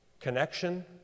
connection